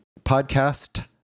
podcast